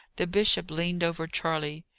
the bishop leaned over charley.